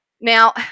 Now